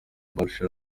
bashar